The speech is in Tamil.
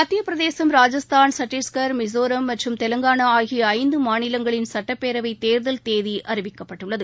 மத்தியப் பிரதேசம் ராஜஸ்தான் சத்தீஷ்கர் மிசோரம் தெலங்கானா ஆகிய ஐந்து மாநிலங்களின் சட்டப்பேரவை தேர்தல் தேதி அறிவிக்கப்பட்டுள்ளது